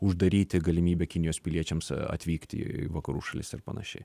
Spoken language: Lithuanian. uždaryti galimybę kinijos piliečiams atvykti į vakarų šalis ir panašiai